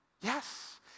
Yes